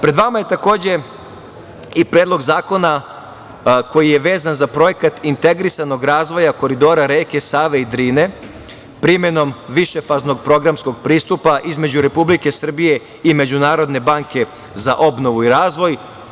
Pred vama je, takođe, i predlog zakona koji je vezan za Projekat integrisanog razvoja koridora reke Save i Drine, primenom višefaznog programskog pristupa između Republike Srbije i Međunarodne banke za obnovu i razvoj.